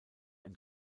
ein